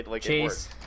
Chase